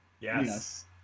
Yes